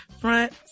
Front